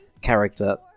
character